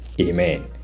Amen